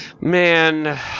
Man